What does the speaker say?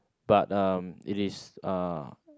but uh it is uh